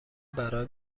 برا